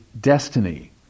destiny